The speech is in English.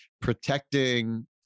protecting